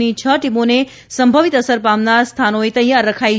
ની છ ટીમોને સંભવિત અસર પામનાર સ્થાનોએ તૈયાર રખાઇ છે